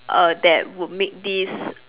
err that would make this